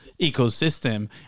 ecosystem